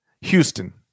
Houston